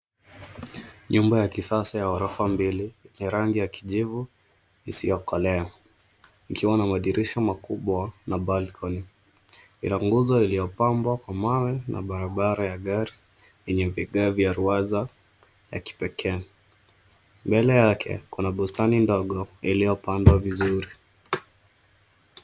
Nyumba ya kisasa ya ghorofa mbili yenye rangi ya kijivu isiyokolea ikiwa na madirisha makubwa na balcony . Ina nguzo iliyopambwa kwa mawe na barabara ya gari yenye vigao vya rwaza ya kipekee. Mbele yake kuna bustani ndogo iliyopandwa vizuri.